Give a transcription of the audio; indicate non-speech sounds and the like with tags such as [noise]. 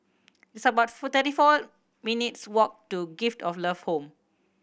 it's about [unintelligible] thirty four minutes' walk to Gift of Love Home